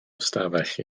ystafell